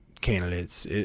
candidates